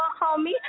homie